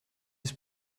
his